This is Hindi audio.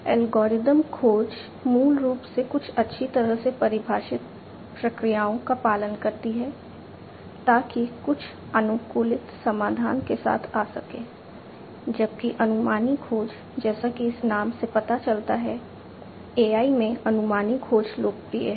एल्गोरिथ्म खोज मूल रूप से कुछ अच्छी तरह से परिभाषित प्रक्रियाओं का पालन करती है ताकि कुछ अनुकूलित समाधान के साथ आ सके जबकि अनुमानी खोज जैसा कि इस नाम से पता चलता है AI में अनुमानी खोज लोकप्रिय है